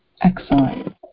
Excellent